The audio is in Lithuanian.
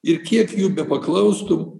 ir kiek jų bepaklaustum